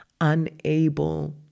unable